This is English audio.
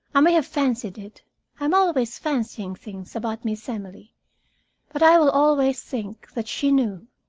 i may have fancied it i am always fancying things about miss emily but i will always think that she knew.